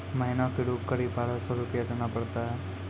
महीना के रूप क़रीब बारह सौ रु देना पड़ता है?